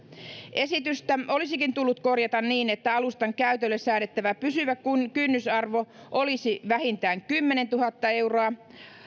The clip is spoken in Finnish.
esitystä olisikin tullut korjata niin että alustan käytölle säädettävä pysyvä kynnysarvo olisi vähintään kymmenentuhatta euroa